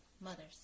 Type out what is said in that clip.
mothers